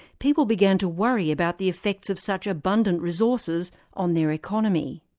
people began to worry about the effects of such abundant resources on their economy.